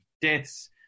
deaths